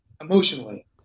emotionally